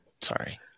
sorry